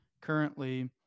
currently